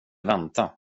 vänta